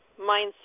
mindset